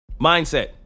Mindset